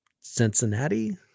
Cincinnati